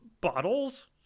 bottles